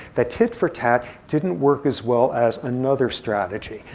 that tit for tat didn't work as well as another strategy,